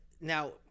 Now